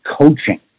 coaching